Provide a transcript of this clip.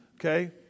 okay